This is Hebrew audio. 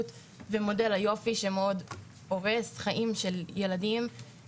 ומודל היופי שמאוד הורס חיים של ילדים,